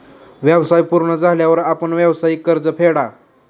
व्यवसाय पूर्ण झाल्यावर आपण व्यावसायिक कर्ज फेडा